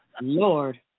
Lord